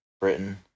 Britain